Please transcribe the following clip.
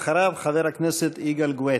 אחריו, חבר הכנסת יגאל גואטה.